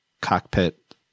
cockpit